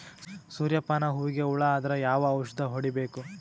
ಸೂರ್ಯ ಪಾನ ಹೂವಿಗೆ ಹುಳ ಆದ್ರ ಯಾವ ಔಷದ ಹೊಡಿಬೇಕು?